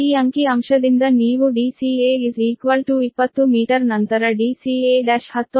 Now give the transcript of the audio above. ಈ ಅಂಕಿ ಅಂಶದಿಂದ ನೀವು dca 20 ಮೀಟರ್ ನಂತರ dca1 19